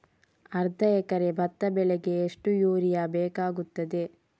ಅರ್ಧ ಎಕರೆ ಭತ್ತ ಬೆಳೆಗೆ ಎಷ್ಟು ಯೂರಿಯಾ ಬೇಕಾಗುತ್ತದೆ?